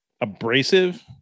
abrasive